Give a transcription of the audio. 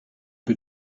que